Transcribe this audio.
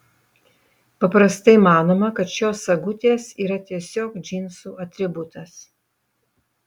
paprastai manoma kad šios sagutės yra tiesiog džinsų atributas